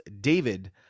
David